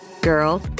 Girl